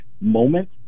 moment